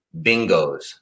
bingos